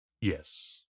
Yes